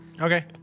Okay